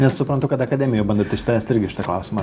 nes suprantu kad akademijoj bandot išspręsti irgi šitą klausimą